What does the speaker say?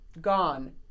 Gone